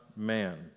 Man